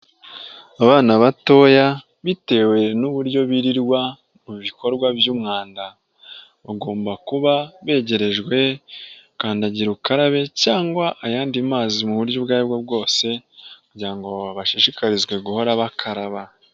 Abana batoya bitewe n'uburyo birirwa mu bikorwa by'umwanda bagomba kuba begerejwe kandagira ukarabe cyangwa ayandi mazi mu buryo ubwo aribwo bwose kugira ngo bashishikarizwe guhora bakaraba.